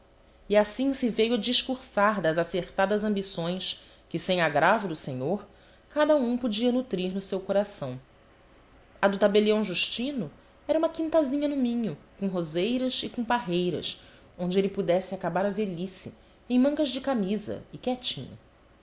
e assim se veio a discursar das acertadas ambições que sem agravo do senhor cada um podia nutrir no seu coração a do tabelião justino era uma quintazinha no minho com roseiras e com parreiras onde ele pudesse acabar a velhice em mangas de camisa e quietinho